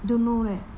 don't know leh